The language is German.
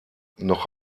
noch